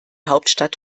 hauptstadt